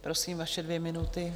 Prosím, vaše dvě minuty.